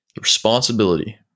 responsibility